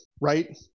right